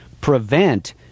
prevent